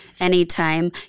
anytime